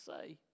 say